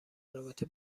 رابطه